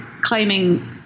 claiming